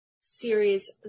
series